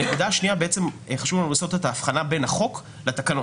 הנקודה השנייה חשוב לנו לעשות את ההבחנה בין החוק לתקנות.